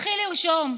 תתחיל לרשום.